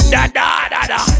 Da-da-da-da